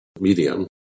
medium